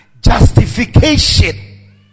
justification